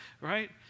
right